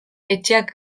etxeak